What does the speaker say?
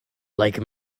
like